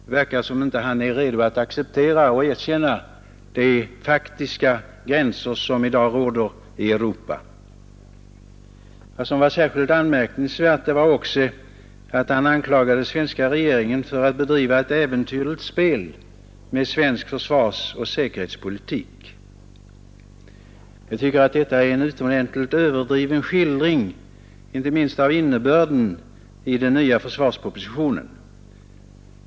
Det verkar som om han inte vore redo att acceptera och erkänna de faktiska gränser som i dag råder i Europa. Särskilt anmärkningsvärt var också att herr Bohman anklagade den svenska regeringen för att bedriva ett äventyrligt spel med svensk försvarsoch säkerhetspolitik. Jag tycker att det är en utomordentligt överdriven skildring, inte minst av innebörden i den nya försvarspropositionen.